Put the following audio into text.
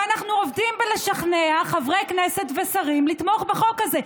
ואנחנו עובדים בלשכנע חברי כנסת ושרים לתמוך בחוק הזה.